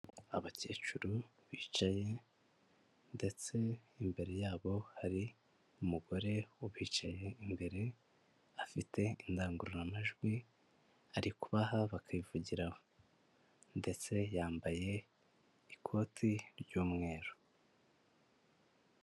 Abakecuru bicaye ndetse imbere yabo hari umugore ubicaye imbere, afite indangururamajwi, ari kubaha bakayivugiraho ndetse yambaye ikoti ry'umweru.